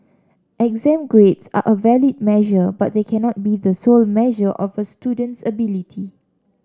exam grades are a valid measure but they cannot be the sole measure of a student's ability